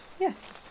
yes